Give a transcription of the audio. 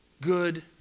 good